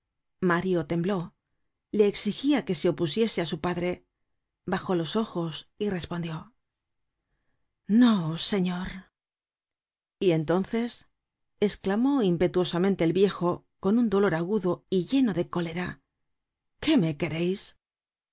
mario tembló le exigia que se opusiese á su padre bajó los ojos y respondió no señor y entonces esclamó impetuosamente el viejo con un dolor agudo y lleno de cólera qué me quereis